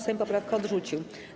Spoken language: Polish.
Sejm poprawkę odrzucił.